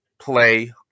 play